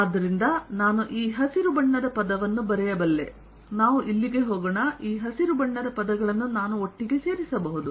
ಆದ್ದರಿಂದ ನಾನು ಈ ಹಸಿರು ಬಣ್ಣದ ಪದವನ್ನು ಬರೆಯಬಲ್ಲೆ ನಾವು ಇಲ್ಲಿಗೆ ಹೋಗೋಣ ಈ ಹಸಿರು ಬಣ್ಣದ ಪದವಗಳನ್ನು ನಾನು ಒಟ್ಟಿಗೆ ಸೇರಿಸಬಹುದು